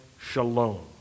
shalom